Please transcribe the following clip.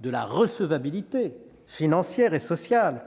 de recevabilité financière ou sociale,